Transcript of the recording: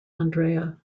andrea